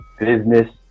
business